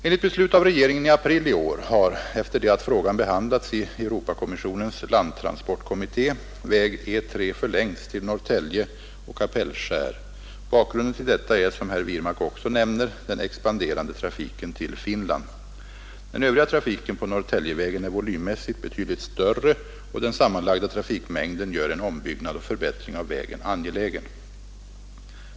Enligt beslut av regeringen i april i år har — efter det att frågan behandlats i Europakommissionens landtransportkommitté — väg E 3 förlängts till Norrtälje och Kapellskär. Bakgrunden till detta är, som herr Wirmark också nämner, den expanderande trafiken till Finland. Den övriga trafiken på Norrtäljevägen är volymmässigt betydligt större, och den sammanlagda trafikmängden gör en ombyggnad och förbättring av vägen angelägen.